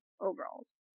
overalls